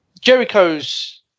Jericho's